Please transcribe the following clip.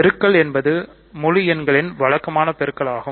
பெருக்கல் என்பது முழு எண்களின் வழக்கமான பெருக்கல் ஆகும்